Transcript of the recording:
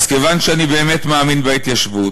אז כיוון שאני באמת מאמין בהתיישבות,